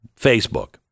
Facebook